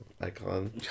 icon